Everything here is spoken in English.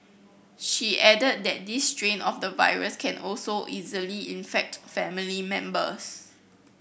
she added that this strain of the virus can also easily infect family members